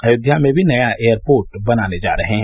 अयोध्या में भी नया एयरपोर्ट बनाने जा रहे हैं